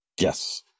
Yes